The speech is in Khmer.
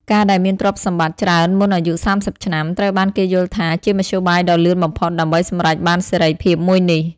ការដែលមានទ្រព្យសម្បត្តិច្រើនមុនអាយុ ៣០ ឆ្នាំ ត្រូវបានគេយល់ថាជាមធ្យោបាយដ៏លឿនបំផុតដើម្បីសម្រេចបានសេរីភាពមួយនេះ។